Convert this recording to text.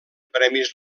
premis